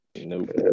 nope